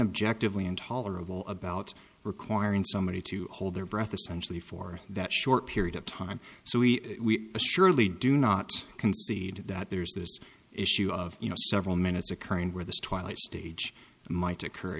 objective when intolerable about requiring somebody to hold their breath essentially for that short period of time so we surely do not concede that there's this issue of you know several minutes occurring where this twilight stage might occur